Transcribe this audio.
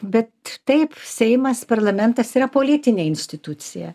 bet taip seimas parlamentas yra politinė institucija